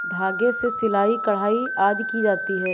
धागे से सिलाई, कढ़ाई आदि की जाती है